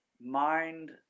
mind